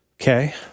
Okay